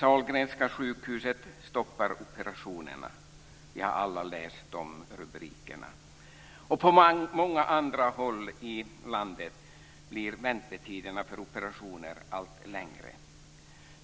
Sahlgrenska sjukhuset stoppar operationerna - vi har alla läst de rubrikerna - och på många andra håll i landet blir väntetiderna för operationer allt längre.